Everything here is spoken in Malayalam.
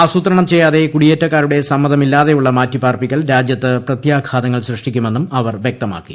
ആസൂത്രണം ചെയ്യാതെ കുടിയേറ്റക്കാരുടെ സമ്മതമില്ലാതെയുള്ള മാറ്റിപാർപ്പിക്കൽ രാജ്യത്ത് പ്രത്യാഘാതങ്ങൾ സൃഷ്ടി്ക്കുമെന്നും അവർ വൃക്തമാക്കി